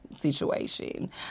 situation